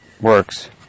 works